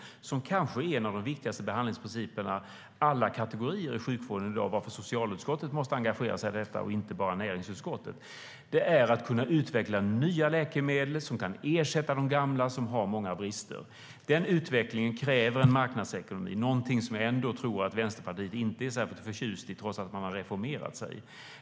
Det handlar om kanske en av de viktigaste behandlingsprinciperna i sjukvården alla kategorier i dag, varför socialutskottet måste engagera sig i detta och inte bara näringsutskottet. Det gäller att kunna utveckla nya läkemedel som kan ersätta de gamla som har många brister. Den utvecklingen kräver marknadsekonomi, något som jag ändå tror att Vänsterpartiet inte är särskilt förtjust i, trots att man har reformerat sig.